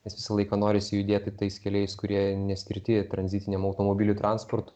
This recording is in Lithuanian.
nes visą laiką norisi judėti tais keliais kurie neskirti tranzitiniam automobilių transportui